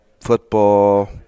football